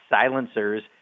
silencers